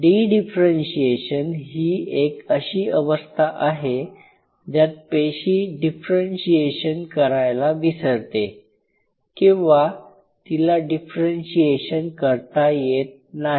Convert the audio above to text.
D differentiation ही एक अशी अवस्था आहे ज्यात पेशी डिफरेंशीएशन करायला विसरते किंवा तिला डिफरेंशीएशन करता येत नाही